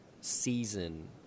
season